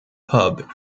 pub